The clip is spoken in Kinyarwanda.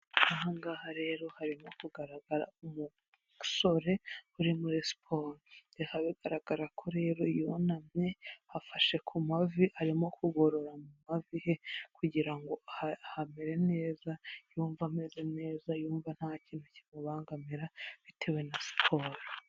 Aha ngaha rero harimo kugaragara umusore uri muri siporo, bikaba bigaragara ko rero yunamye afashe ku mavi arimo kugorora mu mavi he kugira ngo hamere neza, yumva ameze neza yumva nta kintu kimubangamira bitewe na siporo.